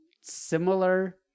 similar